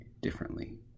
differently